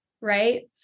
right